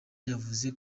yavuze